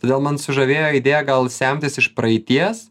todėl man sužavėjo idėja gal semtis iš praeities